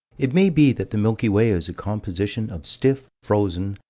it may be that the milky way is a composition of stiff, frozen,